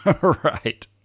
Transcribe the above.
Right